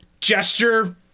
gesture